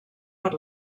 per